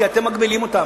כי אתם מגבילים אותם,